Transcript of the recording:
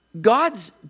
God's